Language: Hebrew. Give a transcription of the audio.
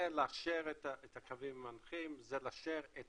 זה לאשר את הקווים המנחים, זה לאשר את